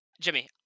Jimmy